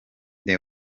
the